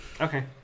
Okay